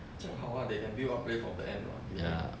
这样好 ah they view out play from the end mah behind